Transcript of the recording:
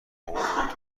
اونو